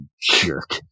jerk